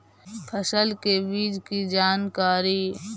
फसल के बीज की जानकारी?